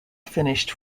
finished